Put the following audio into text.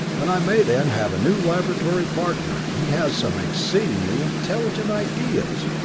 and i may then have a new laboratory partner. he has some exceedingly intelligent ideas!